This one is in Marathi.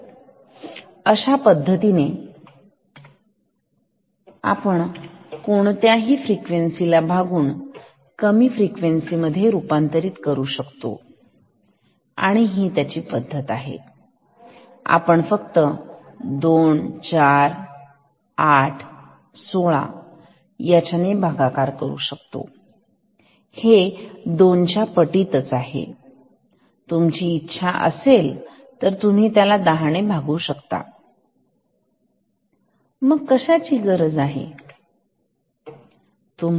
तर अशा पद्धतीने आपण कोणत्याही फ्रिक्वेन्सी ला भागून कमी फ्रिक्वेन्सी मध्ये रूपांतरित करू शकतो आणि ही पद्धत आहे यात आपण फक्त 24816 याच्या ने भागाकार करू शकतो हे दोन च्या पटीत आहे तुमची इच्छा असेल तर तुम्ही त्याला 10 ने भागू शकता मग तुम्हाला कशाची गरज आहे